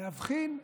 להבחין,